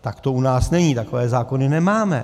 Tak to u nás není, takové zákony nemáme.